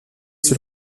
sur